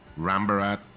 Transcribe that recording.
Rambarat